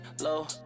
low